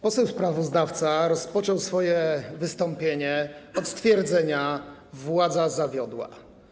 Poseł sprawozdawca rozpoczął swoje wystąpienie od stwierdzenia: władza zawiodła.